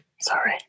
Sorry